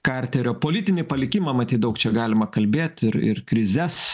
karterio politinį palikimą matyt daug čia galima kalbėt ir ir krizes